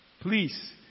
please